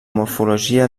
morfologia